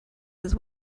his